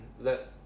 let